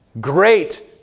Great